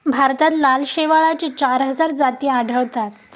भारतात लाल शेवाळाच्या चार हजार जाती आढळतात